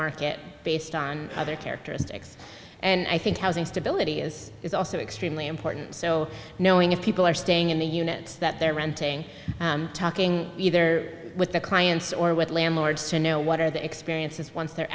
market based on other characteristics and i think housing stability is is also extremely important so knowing if people are staying in the units that they're renting talking either with the clients or with landlords to know what are the experiences once they're